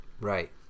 Right